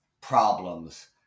problems